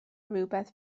rhywbeth